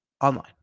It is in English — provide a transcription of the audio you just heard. online